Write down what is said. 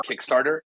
Kickstarter